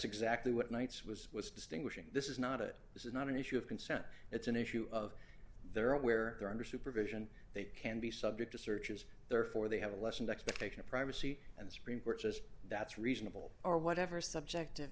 exactly what knights was was distinguishing this is not a this is not an issue of consent it's an issue of their own where they're under supervision they can be subject to searches therefore they have a lessened expectation of privacy and the supreme court says that's reasonable or whatever subjective